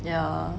yeah